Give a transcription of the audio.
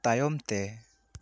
ᱛᱟᱭᱚᱢ ᱛᱮ